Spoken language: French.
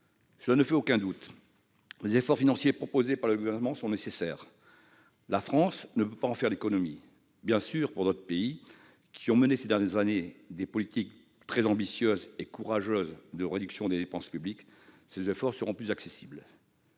Cela ne fait aucun doute : les efforts financiers proposés par le Gouvernement sont nécessaires. La France ne peut pas en faire l'économie. Bien sûr, pour d'autres pays, qui ont mené ces dernières années des politiques très ambitieuses et courageuses de réduction des dépenses publiques, ces efforts seront plus accessibles.